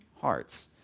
hearts